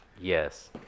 yes